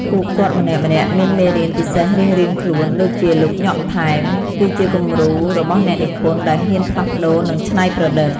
ពួកគាត់ម្នាក់ៗមានមេរៀនពិសេសរៀងៗខ្លួន ដូចជាលោកញ៉ុក ថែម គឺជាគំរូរបស់អ្នកនិពន្ធដែលហ៊ានផ្លាស់ប្តូរ និងច្នៃប្រឌិត។ ។